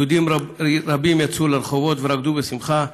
יהודים רבים יצאו לרחובות ורקדו בשמחה.